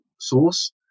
source